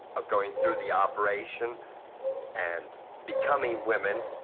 of going through the operation and becoming women,